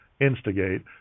instigate